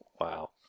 Wow